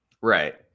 Right